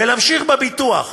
ולהמשיך בביטוח.